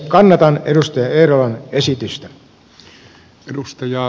kannatan edustaja eerolan esitystä